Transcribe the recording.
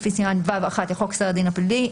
לפי סימן ו'1 לחוק סדר הדין הפלילי.